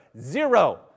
Zero